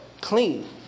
clean